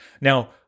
Now